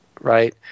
right